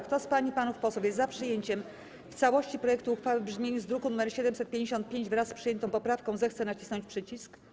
Kto z pań i panów posłów jest za przyjęciem w całości projektu uchwały w brzmieniu z druku nr 755, wraz z przyjętą poprawką, zechce nacisnąć przycisk.